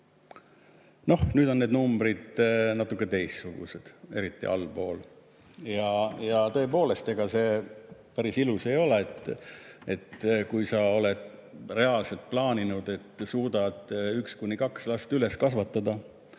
Noh, nüüd on need numbrid natuke teistsugused, eriti allpool. Tõepoolest, ega see päris ilus ei ole. Kui sa oled reaalset plaaninud, et suudad üks-kaks last üles kasvatada,